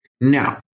Now